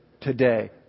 today